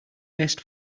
best